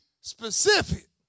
specific